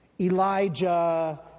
Elijah